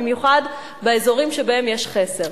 במיוחד באזורים שבהם יש חסר.